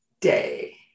Day